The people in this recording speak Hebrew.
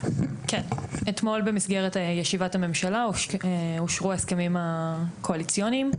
אתמול במסגרת ישיבת הממשלה אושרו ההסכמים הקואליציוניים,